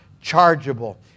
chargeable